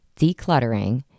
decluttering